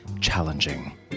challenging